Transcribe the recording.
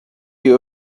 you